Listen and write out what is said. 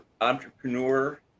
entrepreneur